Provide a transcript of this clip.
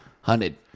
Hunted